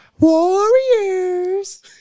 Warriors